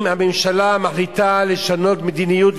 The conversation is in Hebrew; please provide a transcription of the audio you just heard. אם הממשלה מחליטה לשנות מדיניות,